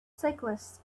cyclists